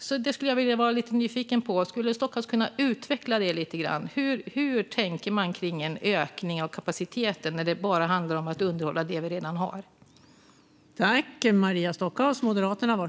Jag är alltså lite nyfiken på detta. Skulle Stockhaus kunna utveckla lite grann hur man tänker kring en ökning av kapaciteten när det bara handlar om att underhålla det vi redan har?